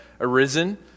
arisen